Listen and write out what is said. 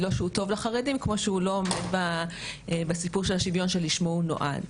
לא שהוא טוב לחרדים כמו שהוא לא עומד בסיפור של השוויון שלשמו הוא נועד.